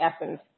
essence